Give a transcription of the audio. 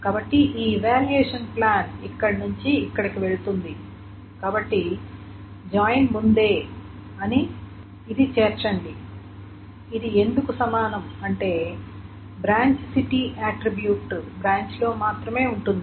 కాబట్టి ఈ evaluation plan ఇక్కడి నుండి ఇక్కడికి వెళుతుంది కాబట్టి జాయిన్ ముందే ఇది చేర్చండి ఇది ఎందుకు సమానం అంటే బ్రాంచ్ సిటీ అట్ట్రిబ్యూట్ బ్రాంచ్లో మాత్రమే ఉంటుంది